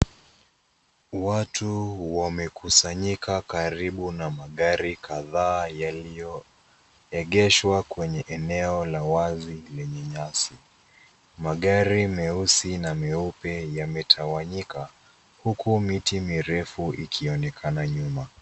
Watu wamekusanyika karibu na magari kadhaa yaliyoegeshwa kwenye eneo la wazi lenye nyasi, Magari meusi na meupe yametawanyika huku miti mirefu ikionekana nyuma.